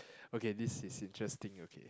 okay this is interesting okay